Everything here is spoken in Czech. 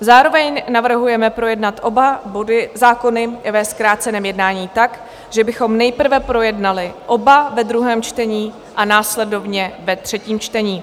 Zároveň navrhujeme projednat oba body, zákony ve zkráceném jednání, tak, že bychom nejprve projednali oba ve druhém čtení a následovně ve třetím čtení.